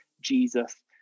Jesus